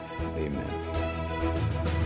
Amen